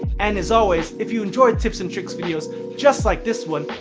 and as always, if you enjoyed tips and tricks videos just like this one,